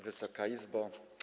Wysoka Izbo!